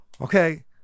Okay